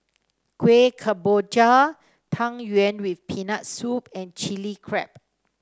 Kueh Kemboja Tang Yuen with Peanut Soup and Chili Crab